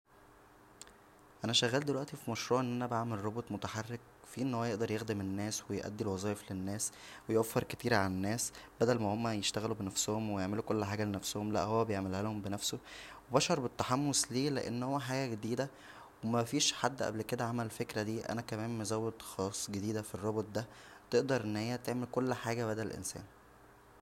انا شغال دلوقتى فمشروع ان انا بعمل روبوت متحرك فيه ان هو يقدر يخدم الناس و يادى الوظايف للناس ويوفر كتير عالناس بدل ما هما يشتغلوا بنفسهم ويعملو كل حاجه لنفسهم لا هو بيعملهالهم بنفسه و بشعر بالتحمس ليه لانه حاجه جديده مفيش حد قبل كدا عمل الفكره دى انا كمان مزود خواص جديده فالروبوت دا تقدر ان هى تعمل كل حاجه بدل الانسان